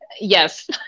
Yes